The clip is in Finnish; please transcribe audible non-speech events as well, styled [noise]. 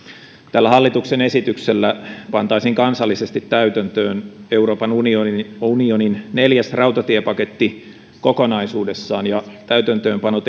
tällä hallituksen esityksellä pantaisiin kansallisesti täytäntöön euroopan unionin neljäs rautatiepaketti kokonaisuudessaan ja täytäntöönpano [unintelligible]